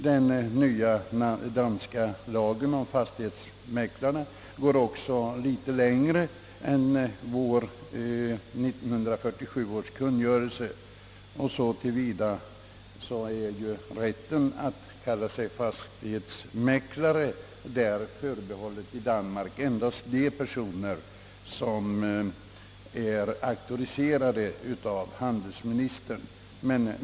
Den nya danska lagen om fastighetsmäklare går litet längre än vår kungörelse av år 1947, så till vida att rätten att kalla sig fastighetsmäklare i Danmark är förbehållen de personer som är auktoriserade av handelsministern.